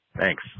Thanks